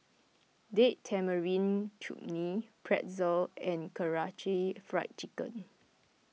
Date Tamarind Chutney Pretzel and Karaage Fried Chicken